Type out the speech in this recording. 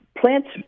plants